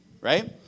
right